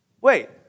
Wait